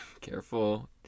Careful